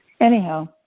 anyhow